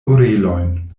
orelojn